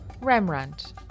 Rembrandt